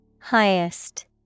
Highest